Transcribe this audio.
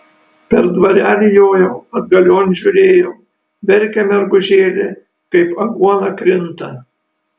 per dvarelį jojau atgalion žiūrėjau verkia mergužėlė kaip aguona krinta